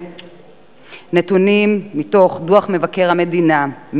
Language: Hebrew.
נתונים מתוך דוח מבקר המדינה,